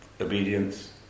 obedience